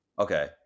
Okay